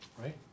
right